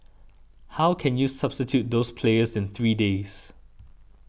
how can you substitute those players in three days